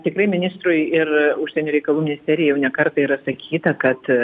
tikrai ministrui ir užsienio reikalų ministerijai jau ne kartą yra sakyta kad